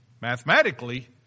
Mathematically